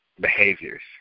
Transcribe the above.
behaviors